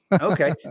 Okay